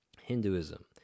Hinduism